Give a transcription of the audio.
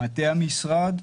מטה המשרד,